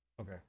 okay